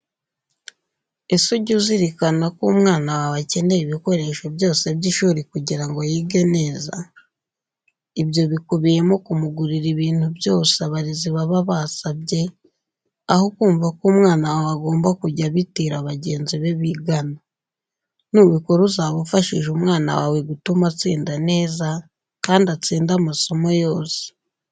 Ese ujya uzirikana ko umwana wawe akeneye ibikoresho byose by'ishuri kugira ngo yige neza? Ibyo bikubiyemo kumugurira ibintu byose abarezi baba basabye, aho kumva ko umwana wawe agomba kujya abitira bagenzi be bigana. Nubikora uzaba ufashije umwana wawe gutuma atsinda neza kandi atsinde amasomo yose.